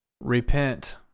Repent